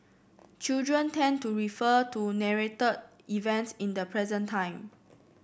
children tend to refer to narrated events in the present time